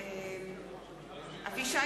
נגד אבישי